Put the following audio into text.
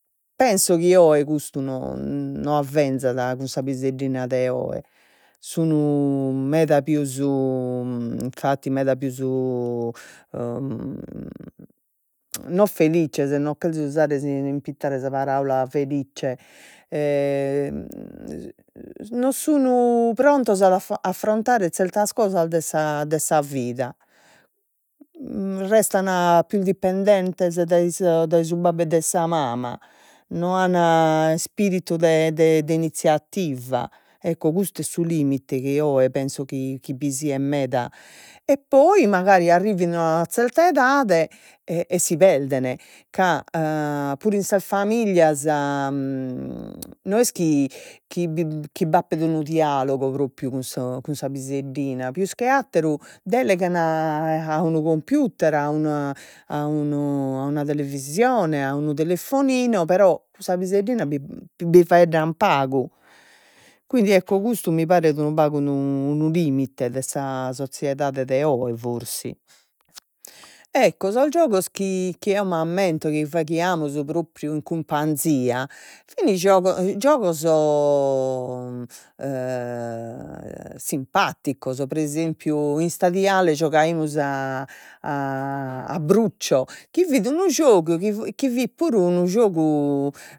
Penso chi oe custu no avvenzat cun sa piseddina de oe, sun meda pius infatti meda pius no felizzes, no cherzo usare si impittare sa paraula felizze non sun prontos a- ad affrontare zertas cosas de sa de sa vida restan pius dependentes dai su dai su babbu e de sa mama, no an ispiritu de de de inizziativa, ecco custu est su limite chi oe penso chi chi bi siat meda, e poi magari arrivin a una zerta edade, e e si perden puru in sas familias, no est chi chi bi chi b'apet unu dialogu propriu cun so cun sa piseddina, pius che atteru delegan unu computer a a unu a una televisione, a unu telefoninu, però sa piseddina bi bi faeddan pagu, quindi ecco custu mi paret unu pagu unu limite de sa sozziedade de oe forsi. Ecco sos giogos chi chi eo m'ammento chi faghiamus, propriu in cumpanzia fin giogo giogos simpaticos, pre esempiu in istadiale giogaimus a a a brucio chi fit unu giogu chi chi fit puru unu giogu